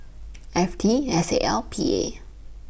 F T S A L P A